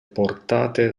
portate